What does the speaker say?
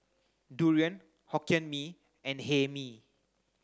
durian Hokkien Mee and Hae Mee